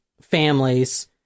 families